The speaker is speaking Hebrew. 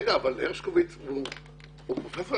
הרשקוביץ הוא פרופסור,